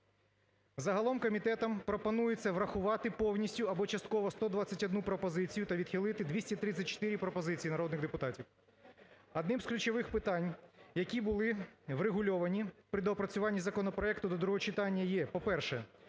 Загалом комітетом пропонується врахувати повністю або частково 121 пропозицію та відхили 234 пропозиції народних депутатів. Одним з ключових питань, які були врегульовані при доопрацюванні законопроекту до другого читання, є. По-перше,